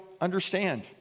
understand